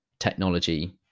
technology